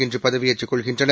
இன்றுபதவியேற்றுக் கொள்கின்றனர்